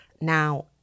Now